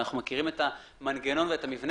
ואנחנו מכירים את המנגנון ואת המבנה.